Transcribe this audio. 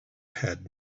had